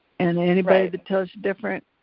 and anybody that tells you different,